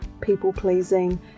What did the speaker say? people-pleasing